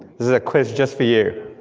this is a quiz just for you,